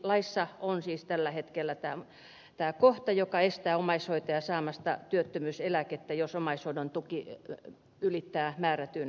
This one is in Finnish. laissa on siis tällä hetkellä tämä kohta joka estää omaishoitajaa saamasta työttömyyseläkettä jos omaishoidon tuki ylittää määrätyn euromäärän